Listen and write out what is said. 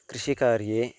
कृषिकार्ये